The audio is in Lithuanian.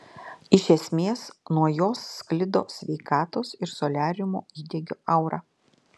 iš esmės nuo jos sklido sveikatos ir soliariumo įdegio aura